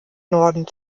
norden